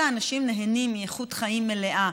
אלא אנשים נהנים מאיכות חיים מלאה,